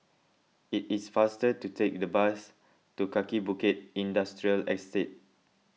it is faster to take the bus to Kaki Bukit Industrial Estate